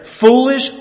foolish